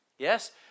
Yes